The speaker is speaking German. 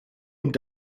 und